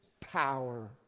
power